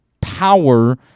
power